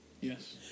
Yes